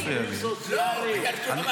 עובדים סוציאליים.